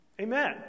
Amen